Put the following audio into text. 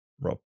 Rob